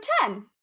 ten